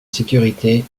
sécurité